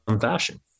fashion